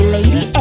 Lady